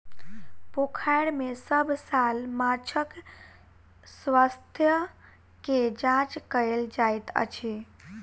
पोखैर में सभ साल माँछक स्वास्थ्य के जांच कएल जाइत अछि